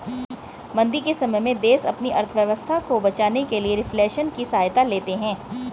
मंदी के समय में देश अपनी अर्थव्यवस्था को बचाने के लिए रिफ्लेशन की सहायता लेते हैं